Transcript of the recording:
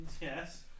Yes